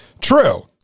true